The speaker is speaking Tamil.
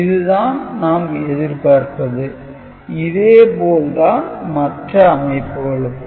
இது தான் நாம் எதிர்பார்ப்பது இதே போல் தான் மற்ற அமைப்புகளுக்கும்